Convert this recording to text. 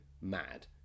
mad